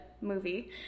movie